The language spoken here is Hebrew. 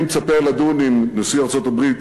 אני מצפה לדון עם נשיא ארצות-הברית